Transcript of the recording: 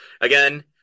Again